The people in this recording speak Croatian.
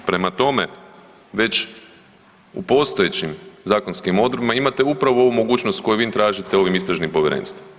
Prema tome, već u postojećim zakonskim odredbama imate upravo ovu mogućnost koju vi tražite ovim istražnim povjerenstvom.